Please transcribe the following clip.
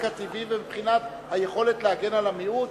הטבעי ומבחינת היכולת להגן על המיעוט